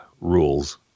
rules